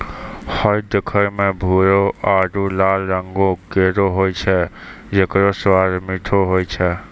हय देखै म भूरो आरु लाल रंगों केरो होय छै जेकरो स्वाद मीठो होय छै